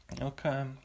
Okay